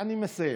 אני מסיים.